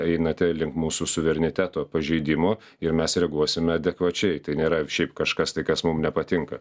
einate link mūsų suvereniteto pažeidimo ir mes reaguosime adekvačiai tai nėra šiaip kažkas tai kas mum nepatinka